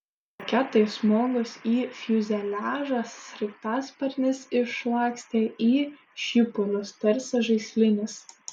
raketai smogus į fiuzeliažą sraigtasparnis išlakstė į šipulius tarsi žaislinis